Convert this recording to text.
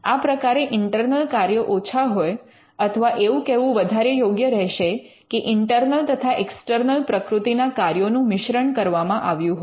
આ પ્રકારે ઇન્ટર્નલ કાર્યો ઓછા હોય અથવા એવું કહેવું વધારે યોગ્ય રહેશે કે ઇન્ટર્નલ તથા એક્સટર્નલ પ્રકૃતિના કાર્યોનું મિશ્રણ કરવામાં આવ્યું હોય